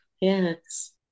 yes